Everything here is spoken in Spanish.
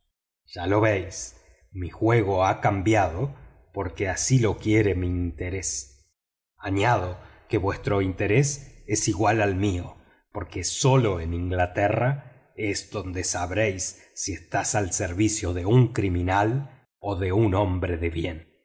ya lo véis mi juego ha cambiado porque así lo quiere mi interés añado que vuestro interés es igual al mío porque sólo en inglaterra es donde sabréis si estáis al servicio de un criminal o de un hombre de bien